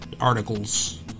articles